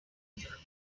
ich